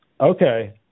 Okay